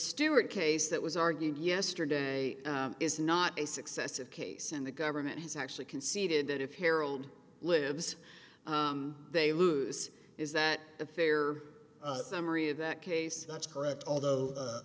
stewart case that was argued yesterday is not a successive case and the government has actually conceded that if harold lives they lose is that a fair summary of that case that's correct although